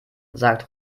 sagt